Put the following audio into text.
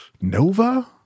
Nova